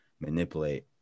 manipulate